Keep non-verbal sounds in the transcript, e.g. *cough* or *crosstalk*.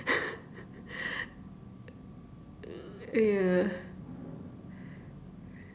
*laughs* yeah